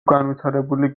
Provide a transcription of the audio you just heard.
განვითარებული